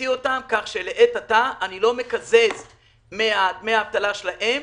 כך שלעת עתה אני לא מקזז מדמי האבטלה שלהם